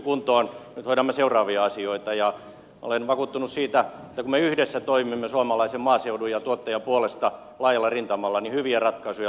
nyt hoidamme seuraavia asioita ja olen vakuuttunut siitä että kun me yhdessä toimimme suomalaisen maaseudun ja tuottajan puolesta laajalla rintamalla niin hyviä ratkaisuja löytyy